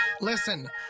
Listen